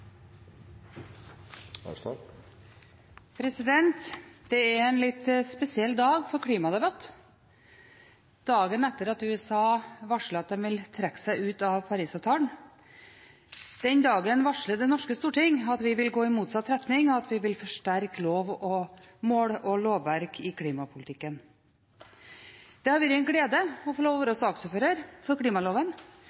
en litt spesiell dag for klimadebatt. Dagen etter at USA varslet at de ville trekke seg ut av Paris-avtalen, varsler vi i Det norske storting at vi vil gå i motsatt retning, at vi vil forsterke mål og lovverk i klimapolitikken. Det har vært en glede å få lov til å